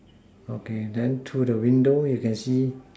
okay then to the window you can see